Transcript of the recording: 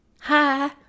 Hi